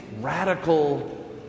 radical